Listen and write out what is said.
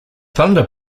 thunder